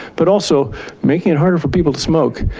but also making it harder for people to smoke,